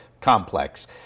Complex